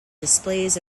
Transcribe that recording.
displays